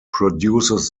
produces